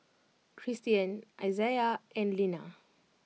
Kristian Izaiah and Linna